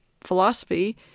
philosophy